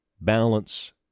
balance